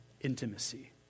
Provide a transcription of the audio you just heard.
intimacy